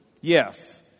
Yes